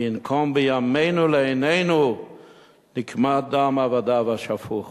וינקום בימינו לעינינו נקמת דם עבדיו השפוך.